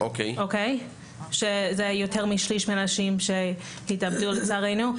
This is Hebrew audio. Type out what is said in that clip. זה יותר משליש מהאנשים שהתאבדו לצערנו.